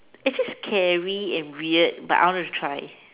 is it scary and weird but I want to try